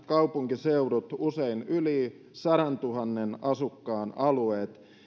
kaupunkiseudut usein yli sadantuhannen asukkaan alueet